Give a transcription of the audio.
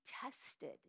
tested